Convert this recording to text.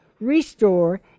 restore